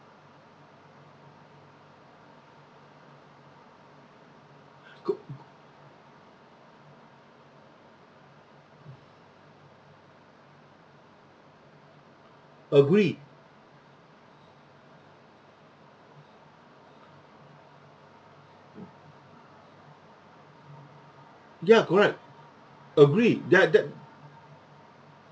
cou~ agree ya correct agree that that